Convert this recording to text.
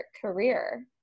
career